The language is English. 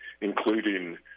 including